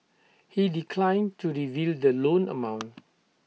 he declined to reveal the loan amount